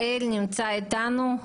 נמצא איתנו.